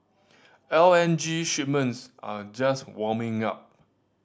L N G shipments are just warming up